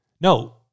No